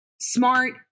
smart